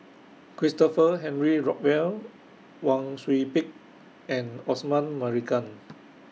Christopher Henry Rothwell Wang Sui Pick and Osman Merican